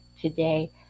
today